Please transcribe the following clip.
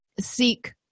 seek